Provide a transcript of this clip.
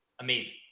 Amazing